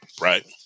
right